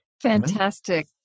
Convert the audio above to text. Fantastic